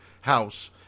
house